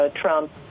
Trump